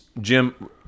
Jim